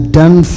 done